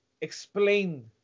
explain